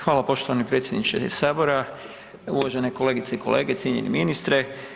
Hvala poštovani predsjedniče Sabora, uvažene kolegice i kolege, cijenjeni ministre.